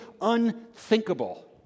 unthinkable